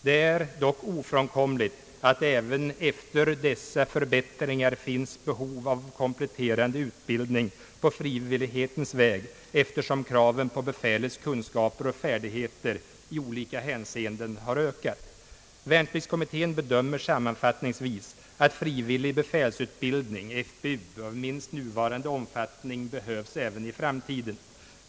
Det är dock ofrånkomligt att det även efter dessa förbättringar finns behov av kompletterande utbildning på frivillighetens väg, eftersom kraven på befälets kunskaper och färdigheter i olika hänseenden har ökat. Värnpliktskommittén bedömer sammanfattningsvis att frivillig befälsutbildning av minst nuvarande omfattning behövs även i framtiden.